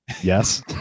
Yes